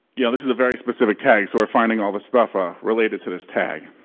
yeah this is a very specific tag, so we're finding all this stuff ah related to this tag.